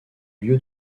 lieu